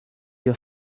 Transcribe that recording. your